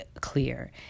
clear